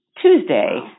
Tuesday